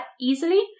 easily